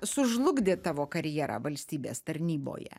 sužlugdė tavo karjerą valstybės tarnyboje